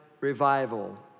Revival